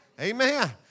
Amen